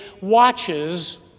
watches